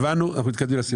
הבנו, אנחנו מתקדמים.